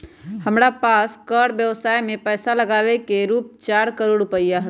हमरा पास कर व्ययवसाय में पैसा लागावे के रूप चार करोड़ रुपिया हलय